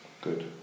Good